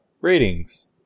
ratings